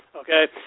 Okay